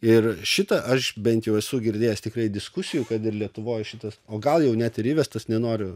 ir šitą aš bent jau esu girdėjęs tikrai diskusijų kad ir lietuvoj šitas o gal jau net ir įvestas nenoriu